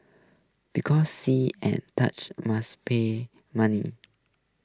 because see and touch must pay money